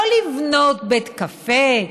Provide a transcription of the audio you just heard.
לא לבנות בית קפה,